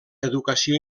educació